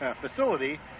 facility